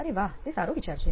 અરે વાહ તે સારો વિચાર છે